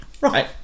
right